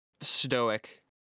stoic